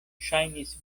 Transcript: ŝajnis